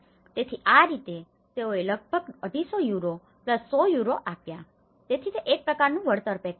તેથી આ રીતે તેઓએ લગભગ 250 યુરો 100 યુરો આપ્યા છે તેથી તે એક પ્રકારનું વળતર પેકેજ છે